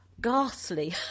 ghastly